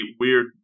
weird